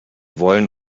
wollen